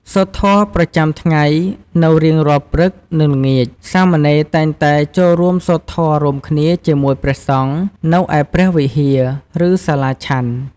សូត្រធម៌ប្រចាំថ្ងៃ នៅរៀងរាល់ព្រឹក និងល្ងាច សាមណេរតែងតែចូលរួមសូត្រធម៌រួមគ្នាជាមួយព្រះសង្ឃនៅឯព្រះវិហារ ឬសាលាឆាន់។